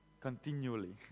continually